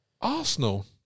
Arsenal